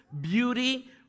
beauty